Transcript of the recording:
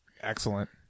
Excellent